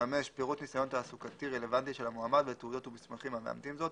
פירוט ניסיון תעסוקתי רלוונטי של המועמד ותעודות ומסמכים המאמתים זאת,